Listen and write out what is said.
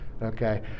Okay